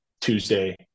Tuesday